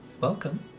welcome